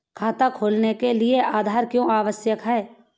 खाता खोलने के लिए आधार क्यो आवश्यक है?